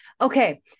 Okay